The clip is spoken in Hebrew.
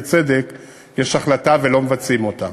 בצדק: יש החלטה ולא מבצעים אותה.